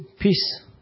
peace